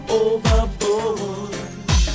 overboard